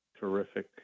terrific